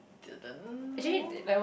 didn't know